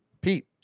Pete